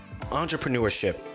entrepreneurship